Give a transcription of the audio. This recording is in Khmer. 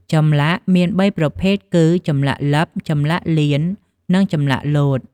ចម្លាក់មាន៣ប្រភេទគឺចម្លាក់លិប ចម្លាក់លៀន និងចម្លាក់លោត។